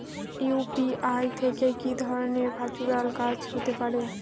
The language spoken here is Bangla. ইউ.পি.আই থেকে কি ধরণের ভার্চুয়াল কাজ হতে পারে?